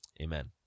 amen